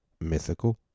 mythical